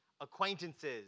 acquaintances